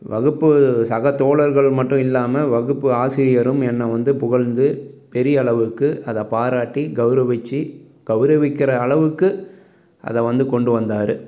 வகுப்பு சக தோழர்கள் மட்டும் இல்லாமல் வகுப்பு ஆசிரியரும் என்ன வந்து புகழ்ந்து பெரியளவுக்கு அதை பாராட்டி கௌரவிச்சு கௌரவிக்கிற அளவுக்கு அதை வந்து கொண்டு வந்தார்